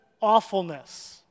awfulness